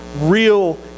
real